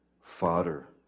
fodder